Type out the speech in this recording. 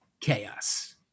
Chaos